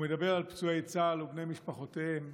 ומדבר על פצועי צה"ל ובני משפחותיהם,